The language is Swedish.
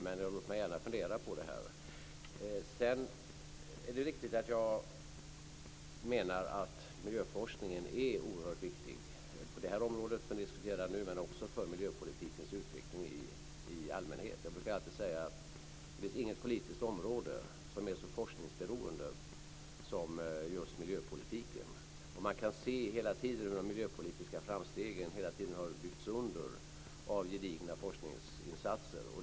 Men låt mig gärna fundera på det. Sedan är det riktigt att jag menar att miljöforskningen är oerhört viktig på det område som vi diskuterar nu, men också för miljöpolitikens utveckling i allmänhet. Jag brukar alltid säga att det inte finns något politiskt område som är så forskningsberoende som just miljöpolitiken. Man kan se att de miljöpolitiska framstegen hela tiden har byggts under av gedigna forskningsinsatser.